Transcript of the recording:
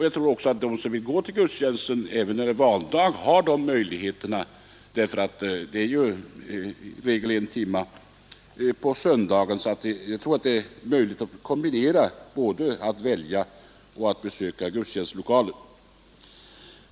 Jag tror också att de som vill gå till gudstjänsten även när det är valdag har möjlighet att göra det, eftersom gudstjänsten i regel pågår en timme på söndagen. Man hinner alltså både välja och besöka gudstjänstlokalen.